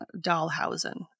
Dahlhausen